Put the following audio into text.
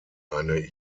eine